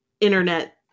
internet